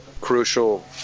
crucial